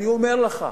אני אומר לך,